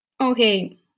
okay